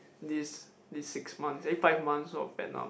this this six months eh five months of Vietnam